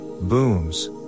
booms